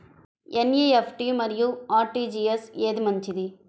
NEFT మరియు RTGS ఏది మంచిది?